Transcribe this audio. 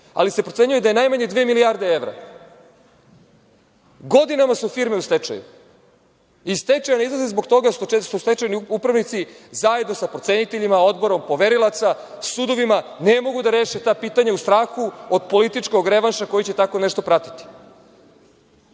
ali se procenjuje da je najmanje dve milijarde evra. Godinama su firme u stečaju. Iz stečaja ne izlaze zbog toga što stečajni upravnici, zajedno sa proceniteljima, odborom poverilaca, sudovima, ne mogu da reše ta pitanja u strahu od političkog revanša koji će tako nešto pratiti. Mi